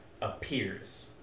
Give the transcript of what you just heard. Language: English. appears